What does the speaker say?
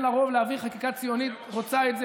לה רוב להעביר חקיקה ציונית רוצה את זה,